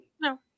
No